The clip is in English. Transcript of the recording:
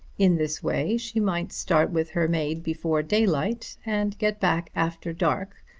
in this way she might start with her maid before daylight, and get back after dark,